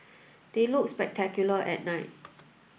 they look spectacular at night